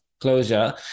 closure